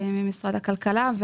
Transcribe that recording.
משרד הכלכלה,